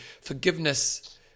forgiveness